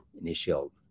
initial